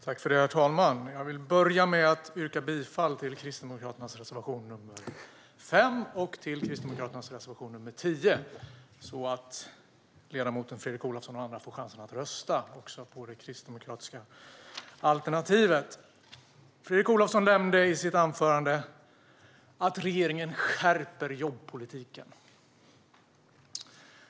Herr talman! Jag vill börja med att yrka bifall till Kristdemokraternas reservationer nr 5 och nr 10 så att ledamoten Fredrik Olovsson och andra får chansen att rösta på det kristdemokratiska alternativet. Fredrik Olovsson nämnde i sitt anförande att regeringen skärper jobbpolitiken.